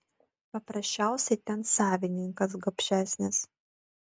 paprasčiausiai ten savininkas gobšesnis